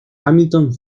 hamilton